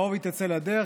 ובקרוב היא תצא לדרך.